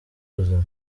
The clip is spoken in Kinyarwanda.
ubuzima